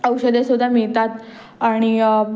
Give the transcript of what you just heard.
औषधेसुद्धा मिळतात आणि